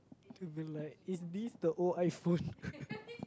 they will be like is this the old iPhone